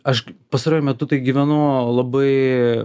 aš pastaruoju metu tai gyvenu labai